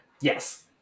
Yes